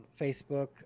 Facebook